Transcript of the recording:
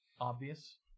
obvious